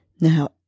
Now